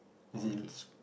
okay